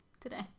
today